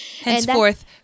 Henceforth